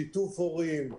שיתוף הורים,